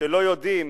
שלא יודעים